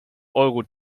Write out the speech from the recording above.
euro